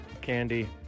Candy